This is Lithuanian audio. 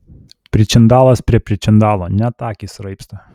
pričindalas prie pričindalo net akys raibsta